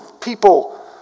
people